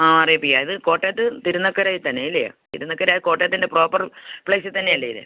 ആ അറിയിപ്പിക്കാം ഇത് കോട്ടയത്ത് തിരുനക്കരയിൽ തന്നെയല്ലെയോ തിരുനക്കര കോട്ടയത്തിൻ്റെ പ്രോപ്പർ പ്ളേയ്സിൽ തന്നെയല്ലേ ഇത്